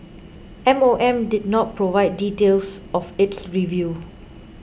M O M did not provide details of its review